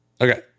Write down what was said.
Okay